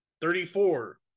Thirty-four